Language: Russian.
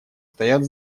стоят